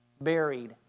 buried